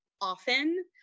often